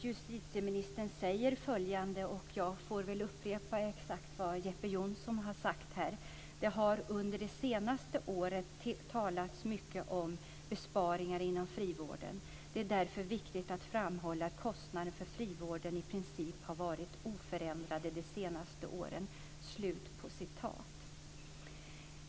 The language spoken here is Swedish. Justitieministern säger nämligen följande - jag upprepar exakt det som Jeppe Johnsson sade: "Det har under det senaste året talats mycket om besparingar inom kriminalvården. Det är därför viktigt att framhålla att kostnaderna för kriminalvården i princip har varit oförändrade de senaste åren."